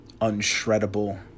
unshreddable